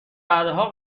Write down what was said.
بعدها